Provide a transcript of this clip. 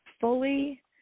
fully